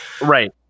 right